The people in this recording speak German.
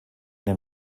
den